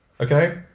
Okay